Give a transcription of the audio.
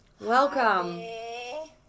Welcome